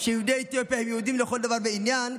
שיהודי אתיופיה הם יהודים לכל דבר ועניין,